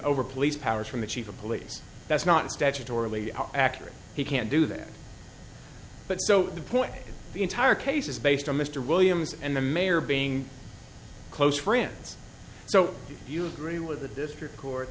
over police powers from the chief of police that's not statutorily accurate he can't do that but so the point is the entire case is based on mr williams and the mayor being close friends so you agree with the district court